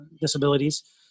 disabilities